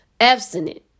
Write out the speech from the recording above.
abstinent